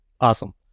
Awesome